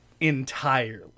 entirely